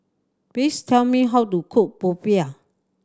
please tell me how to cook popiah